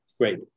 Great